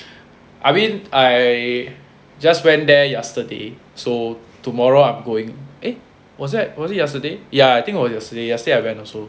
I mean I just went there yesterday so tomorrow I'm going eh was that was it yesterday ya I think was yesterday yesterday I went also